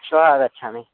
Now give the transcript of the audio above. श्वः आगच्छामि